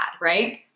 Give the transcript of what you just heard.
right